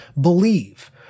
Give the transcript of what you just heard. Believe